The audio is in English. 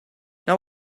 now